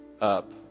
up